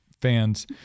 fans